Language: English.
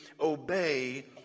obey